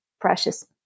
precious